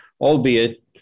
albeit